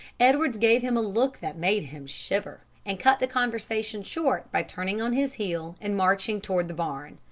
edwards gave him a look that made him shiver, and cut the conversation short by turning on his heel and marching toward the barn.